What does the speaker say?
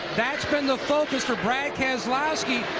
that's been the focus for brad keselowski,